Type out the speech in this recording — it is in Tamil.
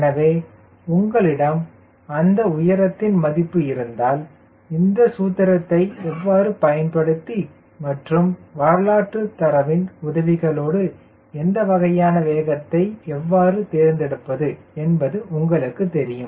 எனவே உங்களிடம் அந்த உயரத்தின் மதிப்பு இருந்தால் இந்த சூத்திரத்தை எவ்வாறு பயன்படுத்தி மற்றும் வரலாற்று தரவின் உதவிகளோடு எந்த வகையான வேதத்தை எவ்வாறு தேர்ந்தெடுப்பது என்பது உங்களுக்கு தெரியும்